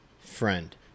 Friend